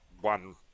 one